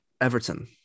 Everton